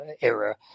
era